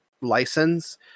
license